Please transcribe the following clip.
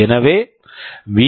எனவே வி